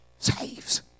Saves